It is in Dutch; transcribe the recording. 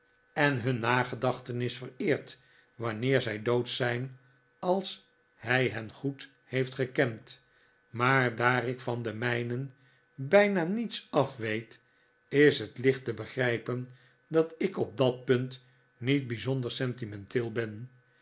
en hun nagedachtenis vereert wanneer zij dood zijn als hij hen goed heeft gekend maar daar ik van de mijnen bijna niets afweet is het licht te begrijpen dat ik op dat punt niet bijzonder sentimenteel ben